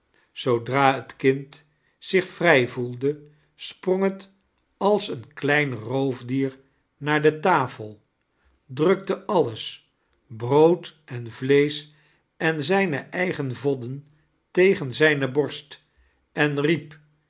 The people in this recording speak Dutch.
zoodra het kind zich vrij voelde sprong het als een klein roof dier naar de tafel drukte altes r brood en vleesch en zijne eigen voddeh tegen zijne borst en riep